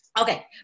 okay